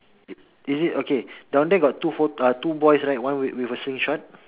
is it okay down there got two pho~ uh two boys right one with a slingshot